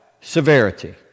Severity